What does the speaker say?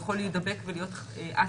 יכול להידבק ולהיות א-תסמיני,